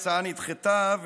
ההצעה נדחתה,